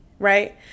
right